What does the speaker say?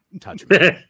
touch